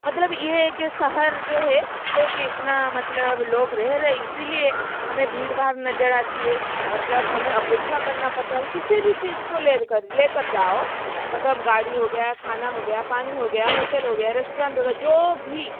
मतलब ये है कि शहर जो है वो इतना मतलब लोग रह रहे इसी लिए हमें भीड़ भाड़ नज़र आती है मतलब हमें अपेक्षा करना पड़ता है किसी भी चीज़ को ले कर ले कर जाओ मतलब गाड़ी हो गया खाना हो गया पानी हो गया होटल हो गया रेस्टोरेंट हो गया जो भी